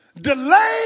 Delay